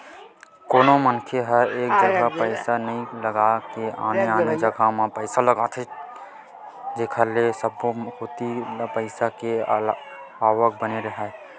कोनो मनखे ह एक जघा पइसा नइ लगा के आने आने जघा म पइसा लगाथे जेखर ले सब्बो कोती ले पइसा के आवक बने राहय